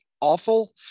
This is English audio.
awful